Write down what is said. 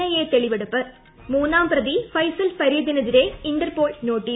I തെളിവെടുപ്പ് മൂന്നാംപ്രതി ഫൈസൽ ഫരീദിനെതിരെ ഇന്റർപോൾ നോട്ടീസ്